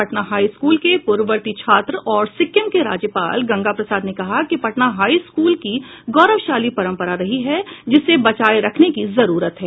Patna high school के पूर्ववर्ती छात्र और सिक्किम के राज्यपाल गंगा प्रसाद ने कहा कि पटना हाई स्कूल की गौरवशाली परंपरा रही है जिसे बचाए रखने की जरूरत है